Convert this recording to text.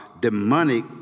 demonic